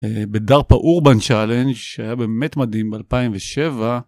בדארפה אורבן צ'אלנג שהיה באמת מדהים ב2007